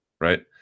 right